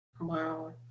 Wow